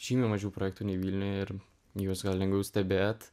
žymiai mažiau projektų nei vilniuje ir juos lengviau stebėt